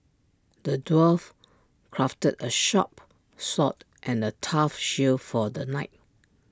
the dwarf crafted A sharp sword and A tough shield for the knight